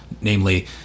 namely